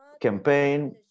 Campaign